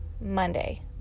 Monday